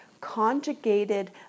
conjugated